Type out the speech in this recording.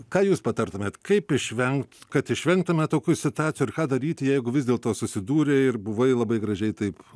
ką jūs patartumėt kaip išvengt kad išvengtume tokių situacijų ir ką daryti jeigu vis dėlto susidūrei ir buvai labai gražiai taip